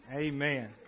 Amen